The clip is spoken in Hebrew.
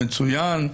מצוין,